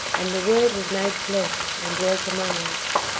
and the word was made flesh, and dwelt among us.